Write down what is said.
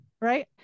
right